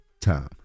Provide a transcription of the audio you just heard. time